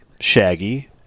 Shaggy